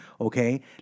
okay